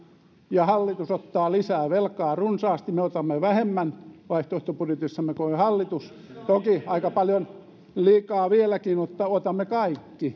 ja hallitus ottaa lisää velkaa runsaasti me otamme vähemmän vaihtoehtobudjetissamme kuin hallitus toki aika paljon liikaa vieläkin mutta otamme kaikki